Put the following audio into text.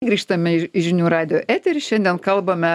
grįžtame į žinių radijo eterį šiandien kalbame